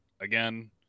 Again